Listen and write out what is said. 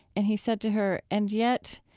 and he said to her, and yet,